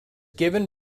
given